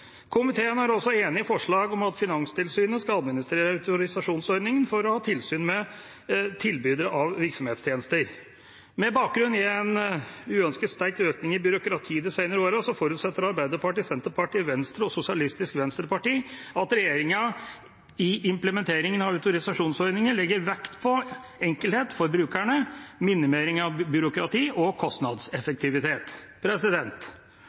Komiteen er også enig i forslaget om at Finanstilsynet skal administrere autorisasjonsordningen for å ha tilsyn med tilbydere av virksomhetstjenester. Med bakgrunn i en uønsket sterk økning i byråkratiet de senere årene forutsetter Arbeiderpartiet, Senterpartiet, Venstre og Sosialistisk Venstreparti at regjeringa i implementeringen av autorisasjonsordningen legger vekt på enkelhet for brukerne, minimering av byråkrati og